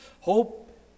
Hope